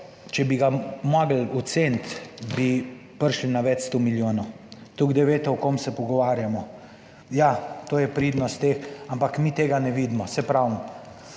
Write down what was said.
če bi ga mogli oceniti, bi prišli na več 100 milijonov. Toliko, da vest, o kom se pogovarjamo. Ja, to je pridnost teh, ampak mi tega ne vidimo. Saj pravim,